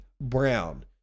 Brown